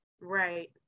Right